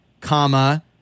comma